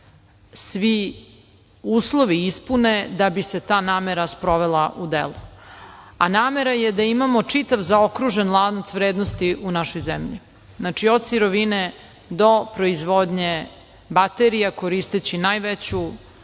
svi uslovi ispune da bi se ta namera sprovela u delo. Namera je da imamo čitav zaokružen lanac vrednosti u našoj zemlji, od sirovine do proizvodnje baterija, koristeći najveću